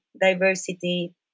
diversity